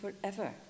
forever